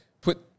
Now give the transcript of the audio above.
put